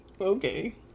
Okay